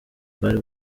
bwari